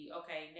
okay